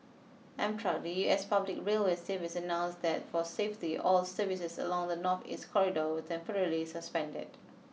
Amtrak the U S public railway service announced that for safety all services along the northeast corridor were temporarily suspended